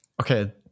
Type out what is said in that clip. Okay